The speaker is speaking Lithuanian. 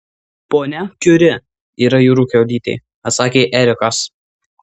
ponia kiuri yra jūrų kiaulytė atsakė erikas